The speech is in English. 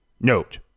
Note